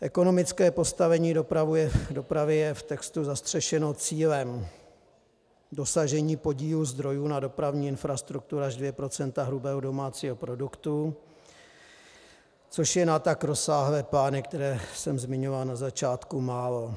Ekonomické postavení dopravy je v textu zastřešeno cílem dosažení podílu zdrojů na dopravní infrastrukturu až 2 % hrubého domácího produktu, což je na tak rozsáhlé plány, které jsem zmiňoval na začátku, málo.